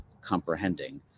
comprehending